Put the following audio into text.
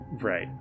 Right